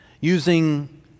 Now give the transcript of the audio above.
using